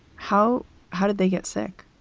how how did they get. so like